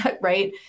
right